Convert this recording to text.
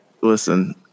Listen